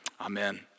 amen